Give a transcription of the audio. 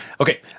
okay